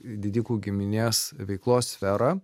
didikų giminės veiklos sferą